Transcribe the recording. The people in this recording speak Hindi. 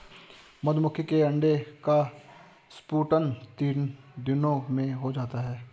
मधुमक्खी के अंडे का स्फुटन तीन दिनों में हो जाता है